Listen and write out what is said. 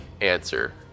answer